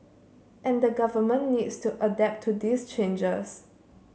and the Government needs to adapt to these changes